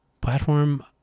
platform